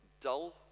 dull